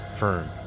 Firm